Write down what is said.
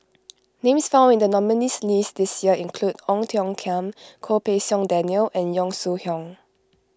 names found in the nominees' list this year include Ong Tiong Khiam Goh Pei Siong Daniel and Yong Shu Hoong